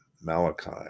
malachi